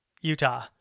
Utah